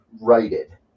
righted